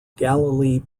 galilee